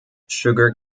sugar